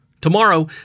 Tomorrow